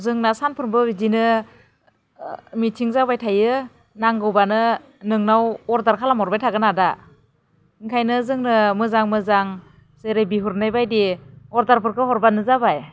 जोंना सानफ्रोमबो बिदिनो मिथिं जाबाय थायो नांगौ बानो नोंनाव अर्डार खालामहरबाय थागोन आदा ओंखायनो जोंनो मोजां मोजां जेरै बिहरनाय बादि अर्डारफोरखौ हरबानो हाबाय